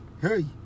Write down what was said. hey